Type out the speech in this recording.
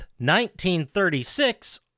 1936